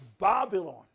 Babylon